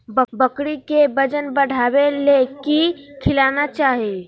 बकरी के वजन बढ़ावे ले की खिलाना चाही?